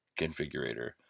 configurator